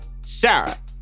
Sarah